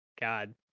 God